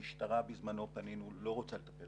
המשטרה, בזמנו פנינו, לא רוצה לטפל